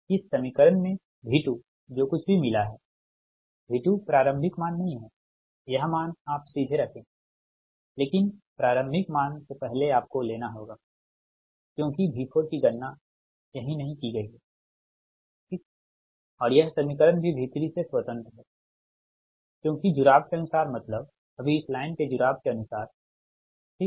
इस समीकरण में V2 जो कुछ भी मिला है V2 प्रारंभिक मान नहीं है यह मान आप सीधे रखेंलेकिन प्रारंभिक मान से पहले आपको लेना होगा क्योंकि V4 की गणना यहीं नहीं की गई है ठीक और यह समीकरण भी V3 से स्वतंत्र है क्योंकि जुड़ाव के अनुसार मतलब अभी इस लाइन के जुड़ाव के अनुसार ठीक